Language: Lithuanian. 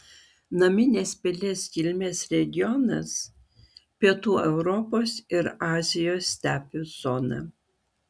naminės pelės kilmės regionas pietų europos ir azijos stepių zona